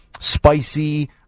spicy